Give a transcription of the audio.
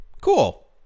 Cool